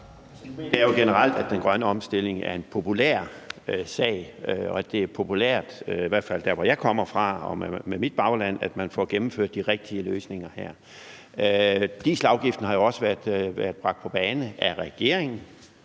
jeg jo generelt, at den grønne omstilling er en populær sag. Det er i hvert fald populært der, hvor jeg kommer fra, og i mit bagland, at man får gennemført de rigtige løsninger. Dieselafgiften har jo også været bragt på bane af regeringen